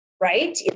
right